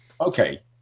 okay